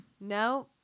no